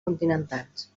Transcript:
continentals